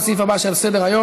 לסעיף הבא שעל סדר-היום,